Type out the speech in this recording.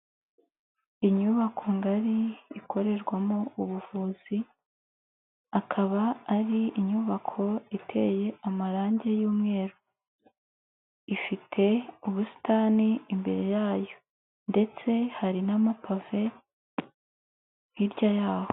Inyubako ngari ikorerwamo ubuvuzi, akaba ari inyubako iteye amarangi y'umweru, ifite ubusitani imbere yayo ndetse hari n'amapave hirya y'aho.